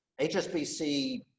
HSBC